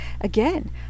Again